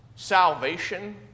salvation